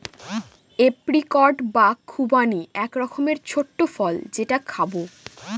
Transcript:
apricot বা খুবানি এক রকমের ছোট্ট ফল যেটা খাবো